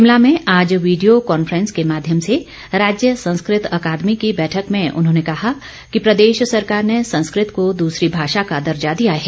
शिमला में आज video conference के माध्यम से राज्य संस्कृत अकादमी की बैठक में उन्होंने कहा कि प्रदेश सरकार ने संस्कृत को दूसरी भाषा का दर्जा दिया है